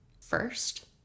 first